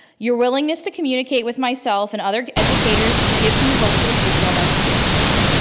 your willingness to communicate with myself and other educators gives me hope for the future of our school system.